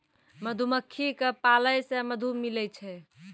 मधुमक्खी क पालै से मधु मिलै छै